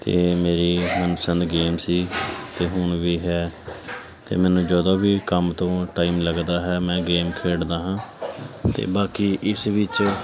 ਅਤੇ ਮੇਰੀ ਮਨਪਸੰਦ ਗੇਮ ਸੀ ਅਤੇ ਹੁਣ ਵੀ ਹੈ ਅਤੇ ਮੈਨੂੰ ਜਦੋਂ ਵੀ ਕੰਮ ਤੋਂ ਟਾਈਮ ਲੱਗਦਾ ਹੈ ਮੈਂ ਗੇਮ ਖੇਡਦਾ ਹਾਂ ਅਤੇ ਬਾਕੀ ਇਸ ਵਿੱਚ